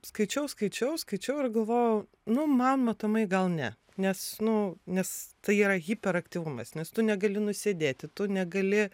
skaičiau skaičiau skaičiau ir galvojau nu man matomai gal ne nes nu nes tai yra hiperaktyvumas nes tu negali nusėdėti tu negali